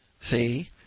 see